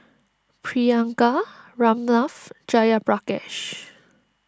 Priyanka Ramnath Jayaprakash